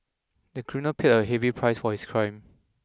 the criminal paid a heavy price for his crime